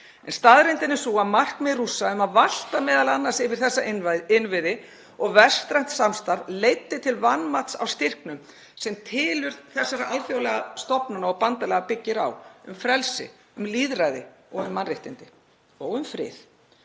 En staðreyndin er sú að markmið Rússa um að valta m.a. yfir þessa innviði og vestrænt samstarf leiddi til vanmats á styrknum sem tilurð þessara alþjóðlegu stofnana og bandalaga byggir á, um frelsi, um lýðræði og mannréttindi og um frið.